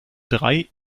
drei